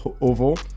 Oval